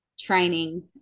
training